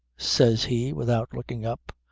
says he without looking up.